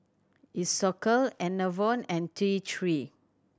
Isocal Enervon and T Three